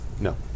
No